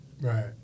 right